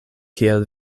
kiel